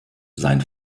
sein